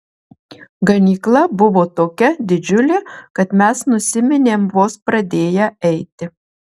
ganykla buvo tokia didžiulė kad mes nusiminėm vos pradėję eiti